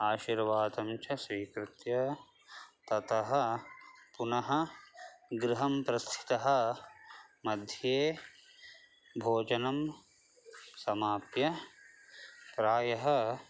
आशीर्वादं च स्वीकृत्य ततः पुनः गृहं प्रस्थितः मध्ये भोजनं समाप्य प्रायः